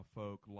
folk